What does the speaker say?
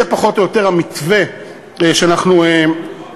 זה פחות או יותר המתווה שאנחנו מציבים.